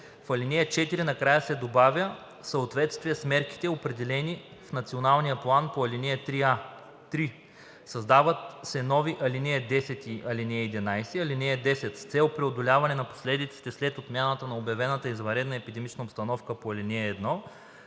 В ал. 4 накрая се добавя „в съответствие с мерките, определени в националния план по ал. 3а“. 3. Създават се нови ал. 10 и 11: „(10) С цел преодоляване на последиците след отмяната на обявена извънредна епидемична обстановка по ал. 1